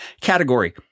Category